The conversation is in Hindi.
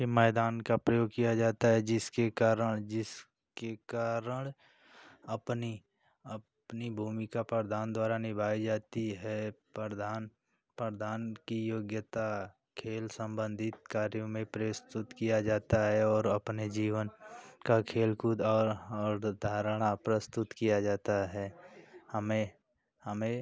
के मैदान का प्रयोग किया जाता है जिसके कारण जिसके कारण अपनी अपनी भूमिका प्रधान द्वारा निभाई जाती है प्रधान प्रधान की योग्यता खेल संबंधित कार्यों में प्रस्तुत किया जाता है और अपने जीवन का खेल कूद और और धारणा प्रस्तुत किया जाता है हमें हमें